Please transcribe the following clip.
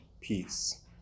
peace